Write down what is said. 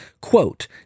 Quote